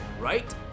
right